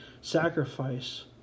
sacrifice